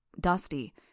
dusty